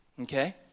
okay